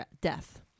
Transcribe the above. death